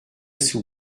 sous